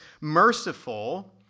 merciful